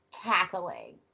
cackling